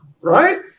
right